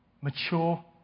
mature